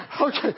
Okay